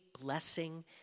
blessing